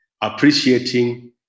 appreciating